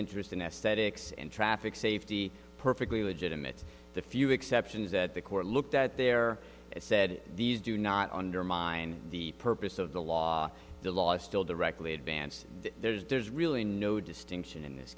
interest in aesthetics and traffic safety perfectly legitimate the few exceptions that the court looked at there said these do not undermine the purpose of the law the law still directly advance there's really no distinction in this